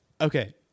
Okay